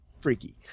freaky